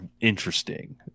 interesting